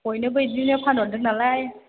बयनोबो बिदिनो फानहरदों नालाय